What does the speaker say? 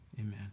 amen